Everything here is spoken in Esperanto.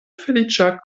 feliĉa